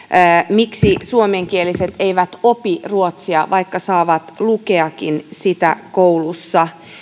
miksi suomenkieliset eivät opi ruotsia vaikka saavat lukeakin sitä koulussa